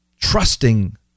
trusting